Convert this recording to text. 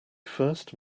first